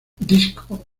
disco